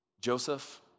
Joseph